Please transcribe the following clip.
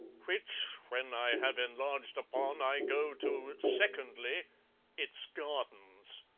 which when i have enlarged upon, i go to secondly' its gardens.